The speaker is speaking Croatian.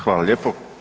Hvala lijepo.